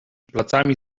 placami